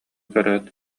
көрөөт